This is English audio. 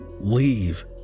leave